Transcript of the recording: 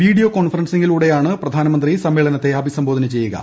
video കോൺഫറൻസിംഗി ലൂടെയാണ് പ്രധാനമന്ത്രി സമ്മേളനത്തെ അഭിസംബോധന ചെയ്യുക